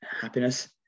happiness